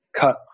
cut